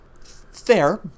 Fair